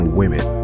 women